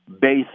base